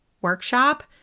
workshop